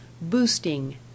boosting